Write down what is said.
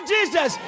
Jesus